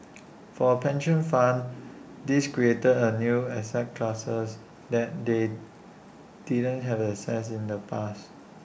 for A pension funds this creates A new asset class that they didn't have access in the past